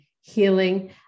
healing